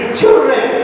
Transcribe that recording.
children